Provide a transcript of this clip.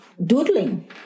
doodling